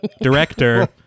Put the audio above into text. director